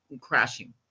crashing